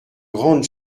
grandes